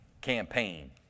campaign